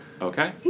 Okay